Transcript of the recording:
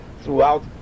throughout